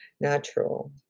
natural